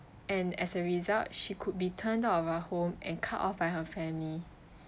and as a result she could be turned out of her home and cut off by her family